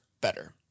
better